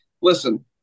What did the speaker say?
Listen